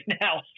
now